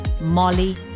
Molly